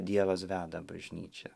dievas veda bažnyčią